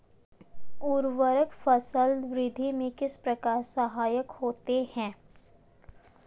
उर्वरक फसल वृद्धि में किस प्रकार सहायक होते हैं?